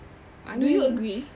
do you agree